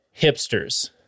hipsters